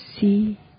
see